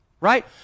Right